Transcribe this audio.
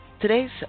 Today's